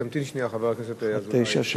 תמתין שנייה, חבר הכנסת אזולאי.